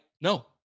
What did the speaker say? no